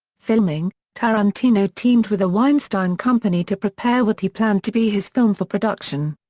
filming tarantino teamed with the weinstein company to prepare what he planned to be his film for production.